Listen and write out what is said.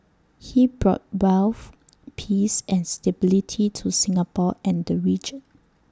he brought wealth peace and stability to Singapore and the region